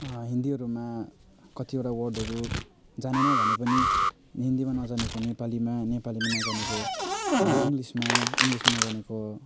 हिन्दीहरूमा कतिवटा बर्डहरू जानेन भने पनि हिन्दीमा नजानेको नेपालीमा नेपालीमा नजानेको इङ्लिसमा इङ्लिसमा नजानेको